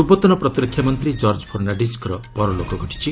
ପୂର୍ବତନ ପ୍ରତିରକ୍ଷା ମନ୍ତ୍ରୀ ଜର୍ଜ ଫର୍ଶାଣ୍ଡିଜ୍ଙ୍କର ପରଲୋକ ଘଟିଛି